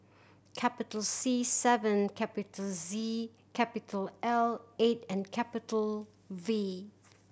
capital C seven capital Z capital L eight and capital V